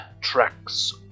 tracks